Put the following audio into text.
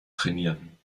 trainieren